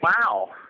Wow